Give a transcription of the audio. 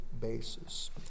basis